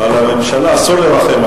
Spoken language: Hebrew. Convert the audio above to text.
על הממשלה אסור לרחם.